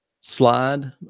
slide